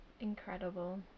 Incredible